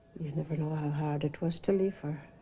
you never know how hard it was to leave her